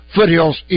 Foothills